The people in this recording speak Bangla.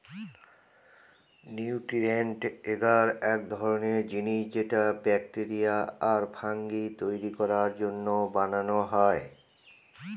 নিউট্রিয়েন্ট এগার এক ধরনের জিনিস যেটা ব্যাকটেরিয়া আর ফাঙ্গি তৈরী করার জন্য বানানো হয়